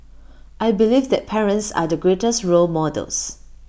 I believe that parents are the greatest role models